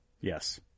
Yes